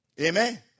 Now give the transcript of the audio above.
Amen